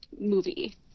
movie